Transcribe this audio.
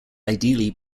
ideally